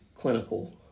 clinical